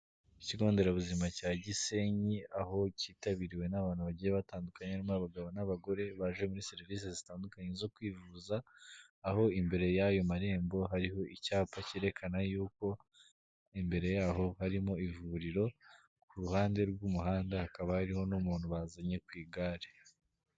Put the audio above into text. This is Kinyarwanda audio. Ikigo nderabuzima cya Gisenyi, aho kitabiriwe n'abantu bagiye batandukanyemo harimo abagabo n'abagore baje muri serivisi zitandukanye zo kwivuza, aho imbere y'ayo marembo hariho icyapa cyerekana yuko imbere yaho harimo ivuriro, ku ruhande rw'umuhanda hakaba hariho n'umuntu bazanye ku igare.